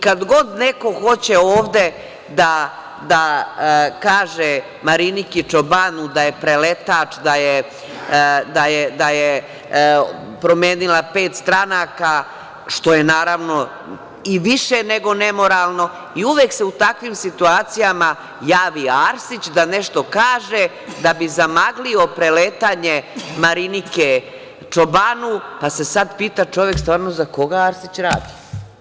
Kad god neko hoće ovde da kaže Mariniki Čobanu da je preletač, da je promenila pet stranaka, što je naravno i više nego nemoralno i uvek se u takvim situacijama javi Arsić da nešto kaže da bi zamaglio preletanje Marinike Čobanu, pa se sada pita čovek – za koga Arsić radi?